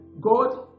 God